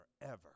forever